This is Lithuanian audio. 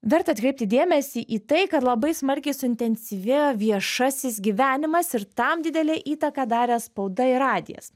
verta atkreipti dėmesį į tai kad labai smarkiai suintensyvėjo viešasis gyvenimas ir tam didelę įtaką darė spauda ir radijas